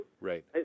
Right